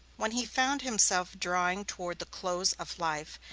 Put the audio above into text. when he found himself drawing toward the close of life,